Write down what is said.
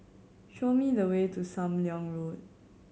show me the way to Sam Leong Road